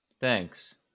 Thanks